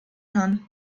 kann